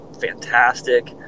fantastic